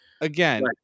again